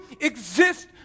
exist